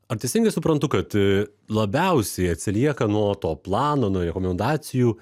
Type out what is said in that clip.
ar teisingai suprantu kad labiausiai atsilieka nuo to plano nuo rekomendacijų